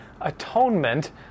atonement